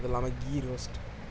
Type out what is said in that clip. இது இல்லாமல் கீ ரோஸ்ட்